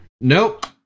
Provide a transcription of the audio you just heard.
Nope